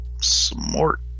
Smart